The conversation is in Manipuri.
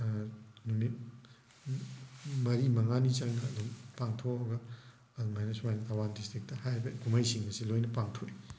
ꯅꯨꯃꯤꯠ ꯃꯔꯤ ꯃꯉꯥꯅꯤ ꯆꯪꯅ ꯑꯗꯨꯝ ꯄꯥꯡꯊꯣꯛꯑꯒ ꯑꯗꯨꯃꯥꯏꯅ ꯁꯨꯃꯥꯏꯅ ꯊꯧꯕꯥꯟ ꯗꯤꯁꯇ꯭ꯔꯤꯛꯇ ꯍꯥꯏꯔꯤꯕ ꯀꯨꯝꯍꯩꯁꯤꯡ ꯑꯁꯤ ꯂꯣꯏꯅ ꯄꯥꯡꯊꯣꯛꯏ